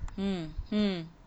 hmm hmm